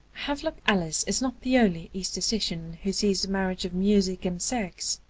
havelock ellis is not the only aesthetician who sees the marriage of music and sex.